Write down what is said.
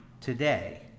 today